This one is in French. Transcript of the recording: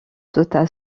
sauta